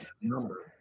number